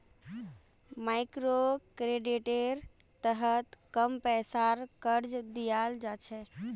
मइक्रोक्रेडिटेर तहत कम पैसार कर्ज दियाल जा छे